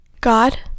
God